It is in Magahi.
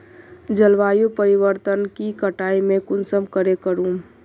जलवायु परिवर्तन के कटाई में कुंसम करे करूम?